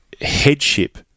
headship